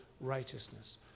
righteousness